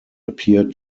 appear